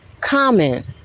comment